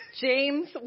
James